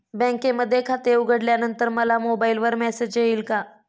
बँकेमध्ये खाते उघडल्यानंतर मला मोबाईलवर मेसेज येईल का?